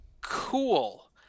cool